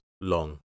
long